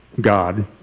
God